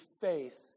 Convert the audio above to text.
faith